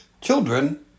Children